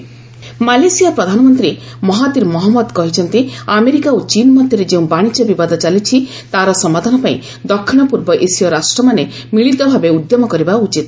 Malaysia PM ASEAN Malaysia ପ୍ରଧାନମନ୍ତ୍ରୀ Mahathir Mohamad କହିଛନ୍ତି America ଓ ଚୀନ୍ ମଧ୍ୟରେ ଯେଉଁ ବାଣିଜ୍ୟ ବିବାଦ ଚାଲିଛି ତା'ର ସମାଧାନ ପାଇଁ ଦକ୍ଷିଣ ପୂର୍ବ ଏସୀୟ ରାଷ୍ଟ୍ରମାନେ ମିଳିତ ଭାବେ ଉଦ୍ୟମ କରିବା ଉଚିତ